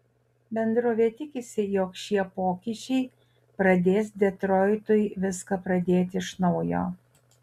bendrovė tikisi jog šie pokyčiai pradės detroitui viską pradėti iš naujo